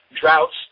droughts